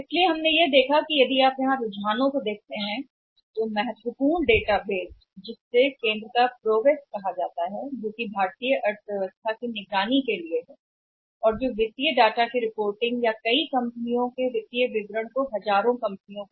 इसलिए हमने यहां देखा है कि यदि आप यहां के रुझानों को देखते हैं तो महत्वपूर्ण डेटाबेस जिसे डेटाबेस कहा जाता है भारतीय अर्थव्यवस्था की निगरानी के लिए केंद्र का एक प्रस्ताव जो रिपोर्ट कर रहा है कि वित्तीय कहलाता है डेटा या कई कंपनियों के वित्तीय विवरण हजारों कंपनियां